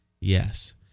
Yes